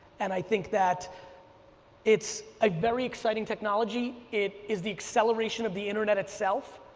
and i think that it's a very exciting technology, it is the acceleration of the internet itself,